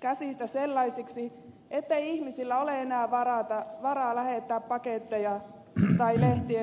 käsistä sellaisiksi ettei ihmisillä ole enää varaa lähettää paketteja tai tilata lehtiä